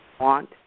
want